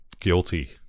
guilty